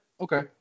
Okay